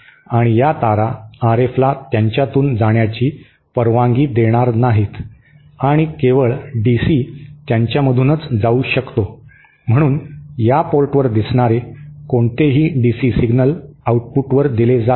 आणि या तारा आरएफला त्यांच्यातून जाण्याची परवानगी देणार नाहीत आणि केवळ डीसी त्यांच्यामधूनच जाऊ शकतो म्हणून या पोर्टवर दिसणारे कोणतेही डीसी सिग्नल आउटपुटवर दिले जातील